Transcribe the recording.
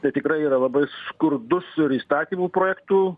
tai tikrai yra labai skurdus įstatymų projektų